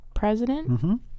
president